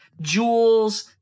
jewels